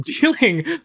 dealing